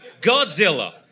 Godzilla